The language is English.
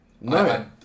no